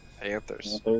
Panthers